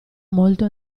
molto